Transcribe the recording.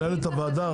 מנהלת הוועדה,